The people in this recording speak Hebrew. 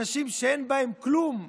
אנשים שאין בהם כלום,